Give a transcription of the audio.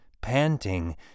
panting